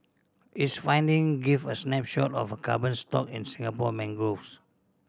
its finding give a snapshot of carbon stock in Singapore mangroves